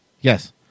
Yes